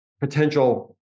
potential